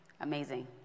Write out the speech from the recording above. amazing